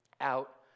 out